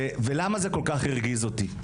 ולמה זה כל כך הרגיז אותי?